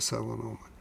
savo nuomonę